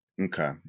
Okay